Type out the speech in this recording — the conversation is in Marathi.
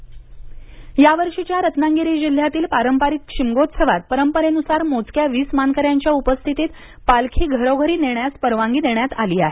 रत्नागिरी शिमगोत्सव यावर्षीच्या रत्नागिरी जिल्ह्यातील पारंपारिक शिमगोत्सवात परंपरेनुसार मोजक्या वीस मानकऱ्यांच्या उपस्थितीत पालखी घरोघरी नेण्यास परवानगी देण्यात आली आहे